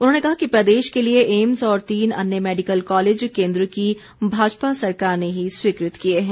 उन्होंने कहा कि प्रदेश के लिए ऐम्स और तीन अन्य मैडिकल कॉलेज केन्द्र की भाजपा सरकार ने ही स्वीकृत किए हैं